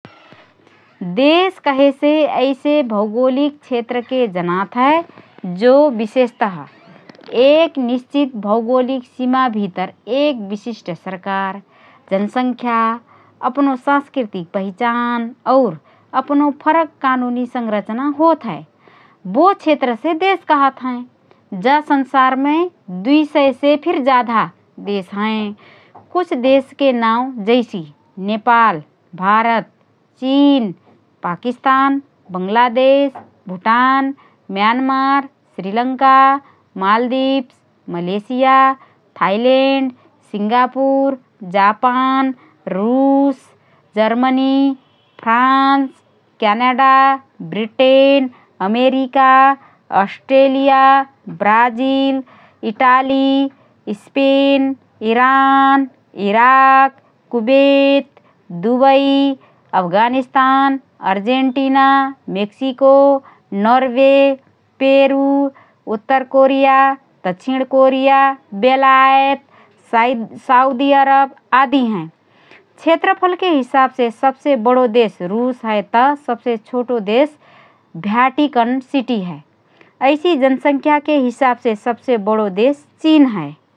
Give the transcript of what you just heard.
देश कहेसे ऐसे भौगोलिक क्षेत्रके जनात हए जो विशेषतः एक निश्चित भौगोलिक सिमा भितर एक विशिष्ट सरकार, जनसंख्या, अपनो सांस्कृतिक पहिचान और अपनो फरक कानूनी संरचना होतहए । बो क्षेत्रसे देश कहत हएँ । जा संसारमे २०० से फिर जाधा देश हएँ । कुछ देशके नावँ जैसि: नेपाल, भारत, चिन, Pakistan, Bangladesh, Bhutan, Myanmar, Sri Lanka, Maldives, Malaysia, Thailand, Singapore, Japan, रुस, Germany, France, Canada, Britain America, Australia, Brazil, Italy, Spain, Iran, Iraq, Kuwait, Dubai, Afghanistan, Argentina, Mexico, Norway, Peru, उत्तर कोरिया, दक्षिण कोरिया, बेलायत, साउदी अरब आदि हएँ । क्षेत्रफ़लके हिसाबसे सबसे बडो देश रुस हए त सबसे छोटो देश भ्याटिकन सिटी हए । ऐसि जनसंख्याके हिसाबमे सबसे बडो देश चिन हए ।